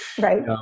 Right